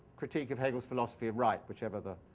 critique of hegel's philosophy of right, whichever the